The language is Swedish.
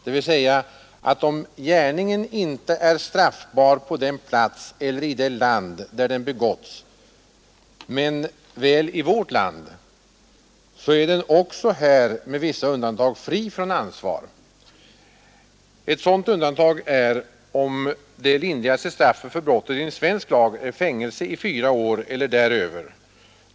Om — enligt förslaget — gärningen inte är straffbar på den plats eller i det land där den begåtts, men väl i vårt land, så är den också här med vissa undantag fri från ansvar. Ett sådant undantag är om det lindrigaste straffet för brottet enligt svensk lag är fängelse i fyra år eller däröver.